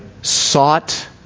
sought